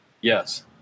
yes